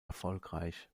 erfolgreich